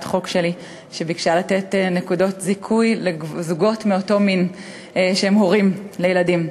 חוק שלי שביקשה לתת נקודות זיכוי לזוגות מאותו מין שהם הורים לילדים.